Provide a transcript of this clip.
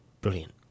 Brilliant